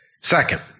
Second